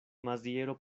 maziero